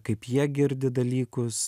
kaip jie girdi dalykus